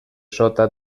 sota